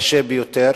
קשה ביותר.